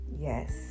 yes